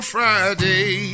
Friday